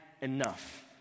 enough